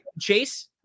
chase